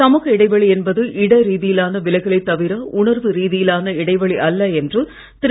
சமூக இடைவெளி என்பது இட ரீதியிலான விலகலே தவிர உணர்வு ரீதியிலான இடைவெளி அல்ல என்று திரு